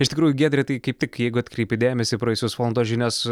iš tikrųjų giedre tai kaip tik jeigu atkreipei dėmesį praėjusios valandos žinias